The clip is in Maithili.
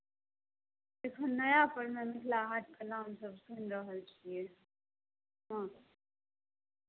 एखन नयापर मे मिथिला हाटके नामसभ सुनि रहल छियै हँ